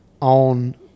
on